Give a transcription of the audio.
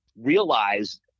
realize